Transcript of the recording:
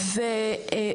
יפה.